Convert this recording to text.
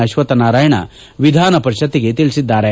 ಅಕ್ಷತ್ತನಾರಾಯಣ ವಿಧಾನಪರಿಪತ್ತಿಗೆ ತಿಳಿಸಿದ್ದಾರೆ